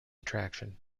attraction